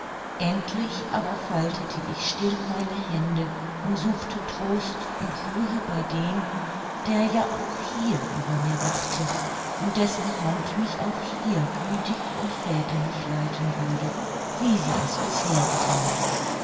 endlich aber faltete ich still meine hände und suchte trost und ruhe bei dem der ja auch hier über mir wachte und dessen hand mich auch hier gütig und väterlich leiten würde wie sie es bisher gethan